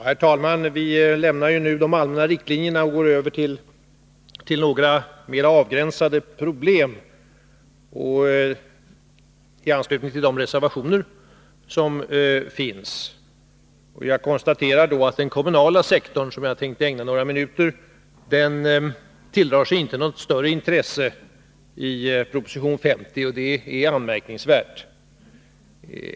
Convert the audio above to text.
Herr talman! Vi lämnar nu de allmänna riktlinjerna och går över till några mer avgränsade problem i anslutning till de reservationer som finns. Jag konstaterar att den kommunala sektorn, som jag tänkte ägna några minuter, inte tilldrar sig något större intresse i proposition 50, vilket är anmärkningsvärt.